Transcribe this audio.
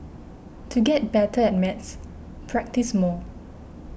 to get better at maths practise more